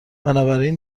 بنابراین